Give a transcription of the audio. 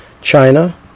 China